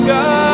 God